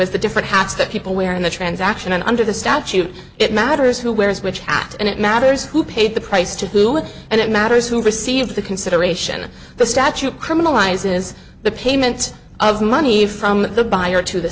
as the different hats that people wear in the transaction and under the statute it matters who wears which hat and it matters who paid the price to do it and it matters who receive the consideration of the statue criminalizes the payment of money from the buyer to the